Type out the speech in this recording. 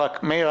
מאיר,